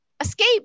Escape